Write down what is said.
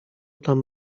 tam